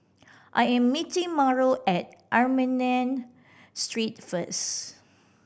I am meeting Mauro at Armenian Street first